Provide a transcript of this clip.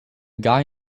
guy